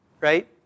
right